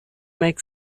make